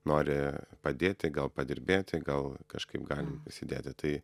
nori padėti gal padirbėti gal kažkaip galim prisidėti tai